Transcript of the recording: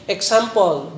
Example